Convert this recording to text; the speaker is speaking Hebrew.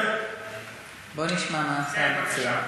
בוא נשמע מה השר מציע.